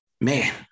man